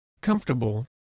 comfortable